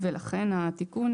ולכן התיקון.